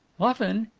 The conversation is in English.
often,